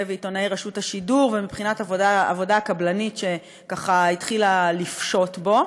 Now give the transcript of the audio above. ועיתונאי רשות השידור ומבחינת העבודה הקבלנית שככה התחילה לפשות בו,